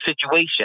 situation